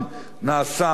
נעשה הרבה,